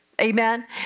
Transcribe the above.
Amen